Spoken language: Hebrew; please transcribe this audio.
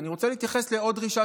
ואני רוצה להתייחס לעוד דרישה,